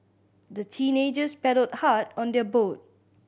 the teenagers paddled hard on their boat